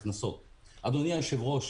אדוני היושב-ראש,